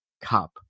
cup